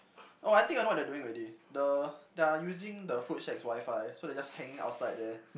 oh I think I know what they are doing already the they are using the food shack's WiFi so they are just hanging outside there